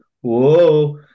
whoa